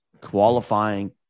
qualifying